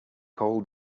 call